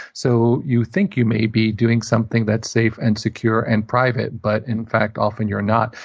so you think you may be doing something that's safe and secure and private, but in fact, often you're not.